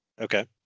Okay